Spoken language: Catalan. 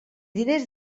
diners